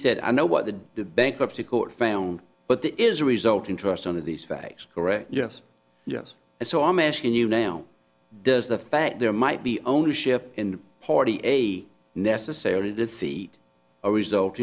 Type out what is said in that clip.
said i know what the bankruptcy court found but that is a result interest on of these facts correct yes yes and so i'm asking you now does the fact there might be ownership in the party a necessary defeat a result